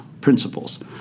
principles